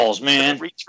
man